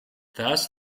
thus